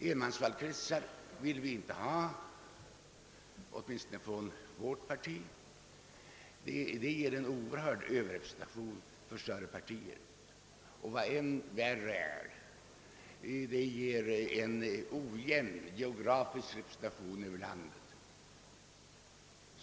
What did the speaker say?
Åtminstone inom vårt parti vill vi inte ha enmansvalkretsar, eftersom det systemet ger en oerhörd överrepresentation för större partier och, vad än värre är, ger en i hög grad ojämn geografisk representation.